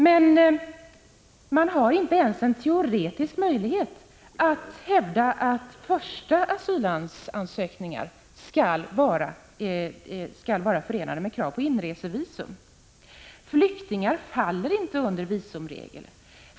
Men man har inte ens teoretisk möjlighet att hävda att första asyllands-ansökningar skall vara förenade med krav på inresevisum. Flyktingar faller inte under visumregler.